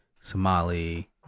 Somali